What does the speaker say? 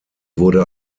wurde